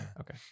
Okay